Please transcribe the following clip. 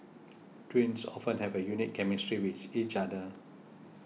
twins often have a unique chemistry with each other